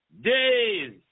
days